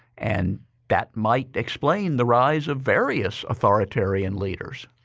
and that might explain the rise of various authoritarian leaders.